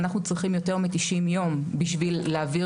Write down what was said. אנחנו צריכים יותר מ-90 יום בשביל להעביר